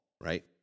Right